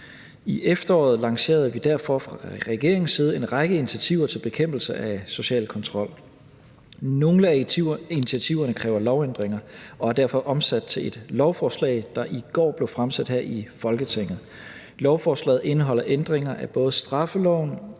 I efteråret lancerede vi derfor fra regeringens side en række initiativer til bekæmpelse af social kontrol. Nogle af initiativerne kræver lovændringer og er derfor omsat til et lovforslag, der i går blev fremsat her i Folketinget. Lovforslaget indeholder ændringer af både straffeloven,